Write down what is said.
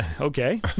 Okay